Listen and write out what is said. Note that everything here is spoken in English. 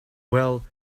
well